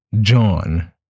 John